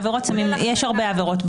יש הרבה עבירות.